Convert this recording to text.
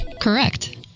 Correct